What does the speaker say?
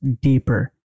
deeper